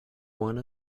one